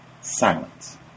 silence